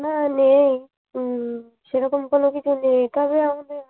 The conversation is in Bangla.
না নেই সেরকম কোনো কিছু নেই তাবে আমাদের